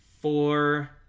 four